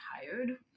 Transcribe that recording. tired